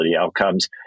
outcomes